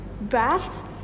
baths